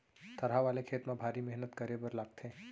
थरहा वाले खेत म भारी मेहनत करे बर लागथे